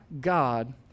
God